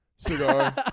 Cigar